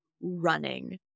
running